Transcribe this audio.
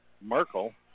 Merkel